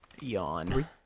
Yawn